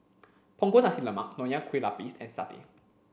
Punggol Nasi Lemak Nonya Kueh Lapis and satay